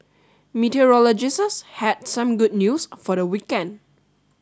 had some good news for the weekend